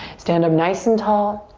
stand up nice and tall.